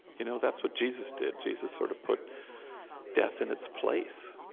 you know that's what jesus did. jesus sort of put death in its place